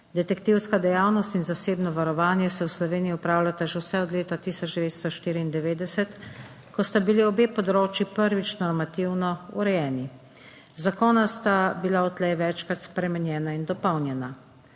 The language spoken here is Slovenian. Detektivska dejavnost in zasebno varovanje se v Sloveniji opravljata že vse od leta 1994, ko sta bili obe področji prvič normativno urejeni. Zakona sta bila odtlej večkrat spremenjena in dopolnjena.